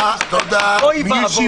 אוי ואבוי.